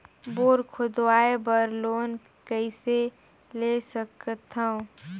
Bore खोदवाय बर loan कइसे ले सकथव?